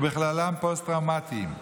ובכללם פוסט-טראומטיים.